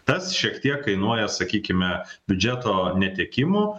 tas šiek tiek kainuoja sakykime biudžeto netekimo